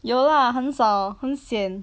有 lah 很少很 sian